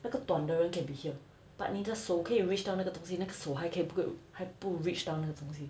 那个短的人 can be here but 你的手可以 reach 到那个东西那个手还可以还不 reach 到那个东西